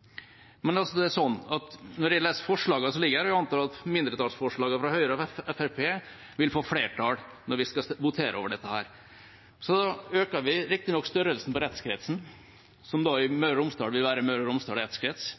fra Høyre og Fremskrittspartiet vil få flertall når vi skal votere over dem. Vi øker riktignok størrelsen på rettskretsen, som i Møre og Romsdal vil være Møre og Romsdal rettskrets,